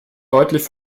deutlich